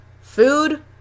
Food